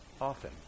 often